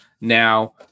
now